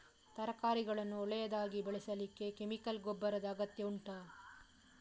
ತರಕಾರಿಗಳನ್ನು ಒಳ್ಳೆಯದಾಗಿ ಬೆಳೆಸಲಿಕ್ಕೆ ಕೆಮಿಕಲ್ ಗೊಬ್ಬರದ ಅಗತ್ಯ ಉಂಟಾ